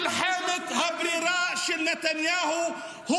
זה מלחמת השקרים של נתניהו.